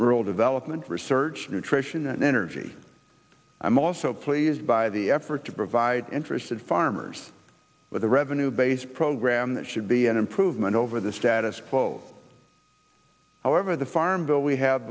rural development research nutrition and energy i'm also pleased by the effort to provide interested farmers with the revenue base program that should be an improvement over the status quo however the farm bill we ha